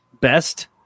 best